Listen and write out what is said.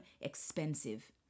expensive